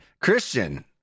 Christian